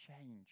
change